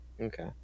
okay